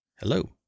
hello